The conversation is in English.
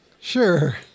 Sure